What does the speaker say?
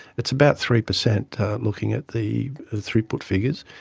it's about three percent looking at the throughput figures.